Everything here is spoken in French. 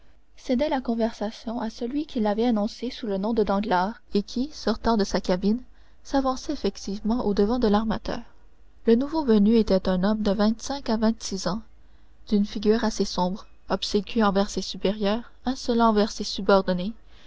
cédait la conversation à celui qu'il avait annoncé sous le nom de danglars et qui sortant de sa cabine s'avançait effectivement au-devant de l'armateur le nouveau venu était un homme de vingt-cinq à vingt-six ans d'une figure assez sombre obséquieux envers ses supérieurs insolent envers ses subordonnés